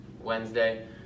Wednesday